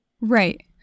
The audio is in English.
Right